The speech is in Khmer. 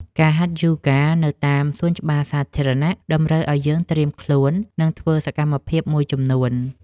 ការហាត់យូហ្គានៅតាមសួនច្បារសាធារណៈ តម្រូវឲ្យយើងត្រៀមខ្លួន និងធ្វើសកម្មភាពមួយចំនួន។